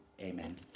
Amen